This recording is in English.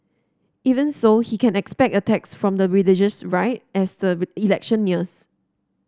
even so he can expect attacks from the religious right as the election nears